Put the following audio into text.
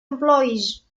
employees